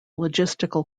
logistical